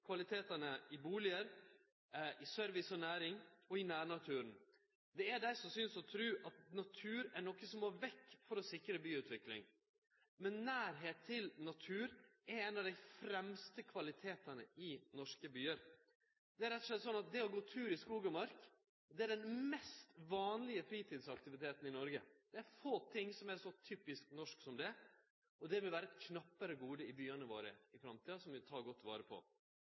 kvalitetane i bustader, i service og næring og i nærnaturen. Det er dei som synest å tru at natur er noko som må vekk for å sikre byutvikling, men nærleik til naturen er ein av dei fremste kvalitetane i norske byar. Det er rett og slett sånn at det å gå tur i skog og mark er den mest vanlege fritidsaktiviteten i Noreg. Det er få ting som er så typisk norsk som det, og det vil i framtida vere eit knappare gode som vi må ta godt vare på i byane våre.